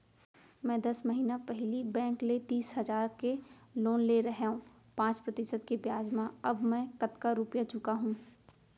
मैं दस महिना पहिली बैंक ले तीस हजार के लोन ले रहेंव पाँच प्रतिशत के ब्याज म अब मैं कतका रुपिया चुका हूँ?